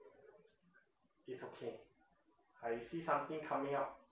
it's okay I see something coming up